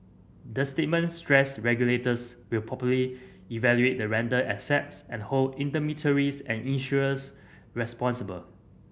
the statement stressed regulators will properly evaluate the rental assets and hold intermediaries and issuers responsible